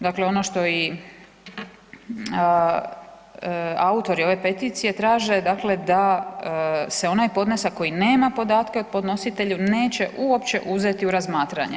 Dakle, ono što i autori ove peticije traže da se onaj podnesak koji nema podatke o podnositelju neće uopće uzeti u razmatranje.